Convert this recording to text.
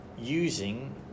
using